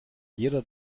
jeder